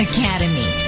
Academy